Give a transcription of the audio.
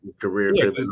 career